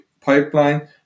pipeline